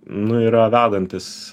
nu yra vedantis